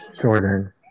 Jordan